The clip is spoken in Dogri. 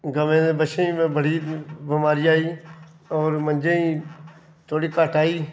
गवें ते बच्छें गी बड़ी बमारी आई होर मंझें गी थोह्ड़ी घट्ट आई